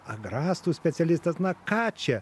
agrastų specialistas na ką čia